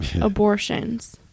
abortions